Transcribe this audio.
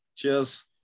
Cheers